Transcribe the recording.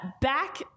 back